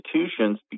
institutions